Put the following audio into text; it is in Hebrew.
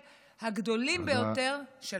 הגדולים ביותר של המדינה הזאת.